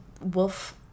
Wolf